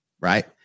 Right